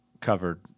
covered